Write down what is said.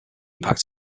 packed